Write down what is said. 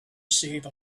receive